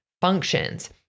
functions